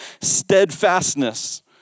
steadfastness